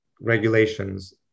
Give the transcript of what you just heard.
regulations